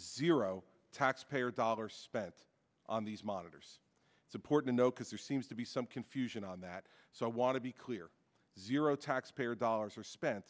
zero taxpayer dollars spent on these monitors it's important no because there seems to be some confusion on that so i want to be clear zero taxpayer dollars are spent